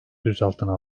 gözaltına